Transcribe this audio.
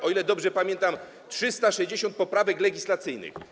O ile dobrze pamiętam, było 360 poprawek legislacyjnych.